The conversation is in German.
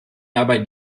dabei